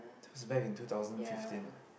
just back in two thousand fifteen